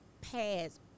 pads